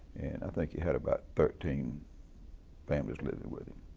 and i think he had about thirteen families living with him.